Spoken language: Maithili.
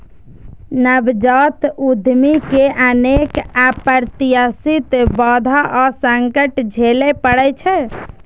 नवजात उद्यमी कें अनेक अप्रत्याशित बाधा आ संकट झेलय पड़ै छै